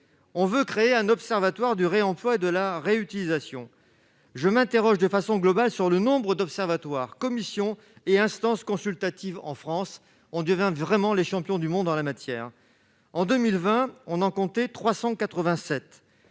d'instituer un observatoire du réemploi et de la réutilisation. Je m'interroge de manière générale sur le nombre d'observatoires, commissions et instances consultatives en France. Nous devenons les champions du monde en la matière. En 2020, on en comptait 387.